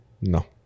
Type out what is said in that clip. No